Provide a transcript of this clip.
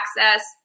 access